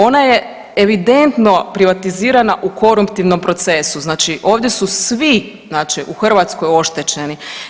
Ona je evidentno privatizirana u koruptivnom procesu, znači ovdje su svi, znači u Hrvatskoj oštećeni.